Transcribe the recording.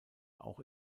auch